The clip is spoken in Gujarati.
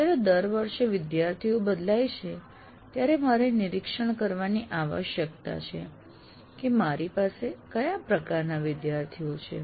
જ્યારે દર વર્ષે વિદ્યાર્થીઓ બદલાય છે ત્યારે મારે નિરીક્ષણ કરવાની આવશ્યકતા છે કે મારી પાસે કયા પ્રકારના વિદ્યાર્થીઓ છે